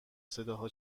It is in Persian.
صداها